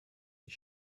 his